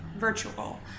virtual